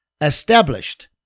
established